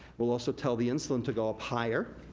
will also tell the insulin to go up higher.